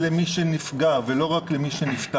אבל זה גם למי שנפגע ולא רק למי שנפטר.